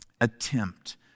attempt